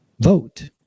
vote